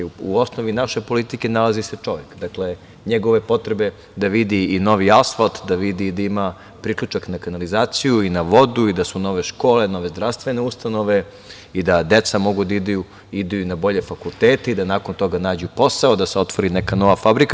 U osnovi naše politike nalazi se čovek, njegove potrebe da vidi i novi asfalt, da ima priključak na kanalizaciju, na vodu, da su nove škole, nove zdravstvene ustanove i da deca mogu da idu i na bolje fakultete i da nakon toga nađu posao, da se otvori neka nova fabrika.